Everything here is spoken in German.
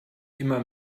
immer